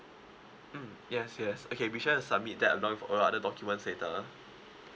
mm yes yes okay be sure to submit that along with all the other documents later